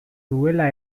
duela